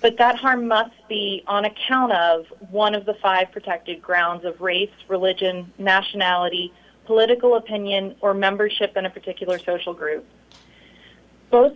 but that harm must be on account of one of the five protected grounds of race religion nationality political opinion or membership in a particular social groups both